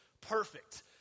perfect